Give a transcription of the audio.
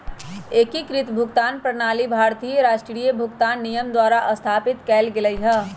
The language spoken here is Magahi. एकीकृत भुगतान प्रणाली भारतीय राष्ट्रीय भुगतान निगम द्वारा स्थापित कएल गेलइ ह